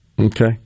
Okay